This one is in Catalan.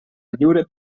lliure